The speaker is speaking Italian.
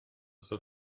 sir